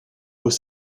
aux